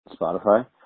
Spotify